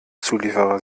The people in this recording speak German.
zulieferer